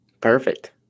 Perfect